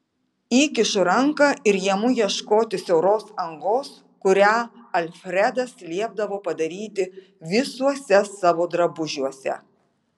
įkišu ranką ir imu ieškoti siauros angos kurią alfredas liepdavo padaryti visuose savo drabužiuose